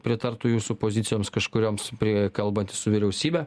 pritartų jūsų pozicijoms kažkurioms prie kalbantis su vyriausybe